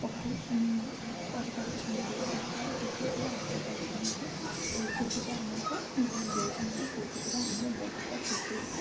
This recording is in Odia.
ପକେଇ କରିପାରୁଛନ୍ତି ସରକାର ଯେତିକି ଆଶା କରିଛନ୍ତି ଏ ଯେତିକି ଆମକୁ ଦେଇଛନ୍ତି ସେତିକିରେ ଆମେ ବହୁତ ଖୁସି